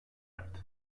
erdi